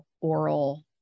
oral